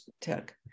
tech